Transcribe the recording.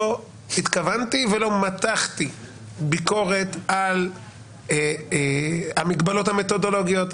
לא התכוונתי ולא מתחתי ביקורת על המגבלות המתודולוגיות,